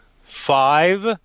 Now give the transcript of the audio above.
five